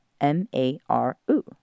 M-A-R-U